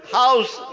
house